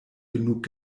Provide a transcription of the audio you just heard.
genug